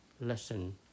lesson